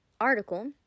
article